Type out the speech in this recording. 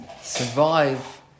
survive